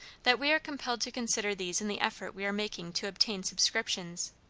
that we are compelled to consider these in the effort we are making to obtain subscriptions.